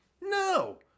No